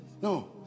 No